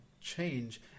change